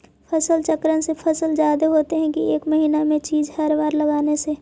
फसल चक्रन से फसल जादे होतै कि एक महिना चिज़ हर बार लगाने से?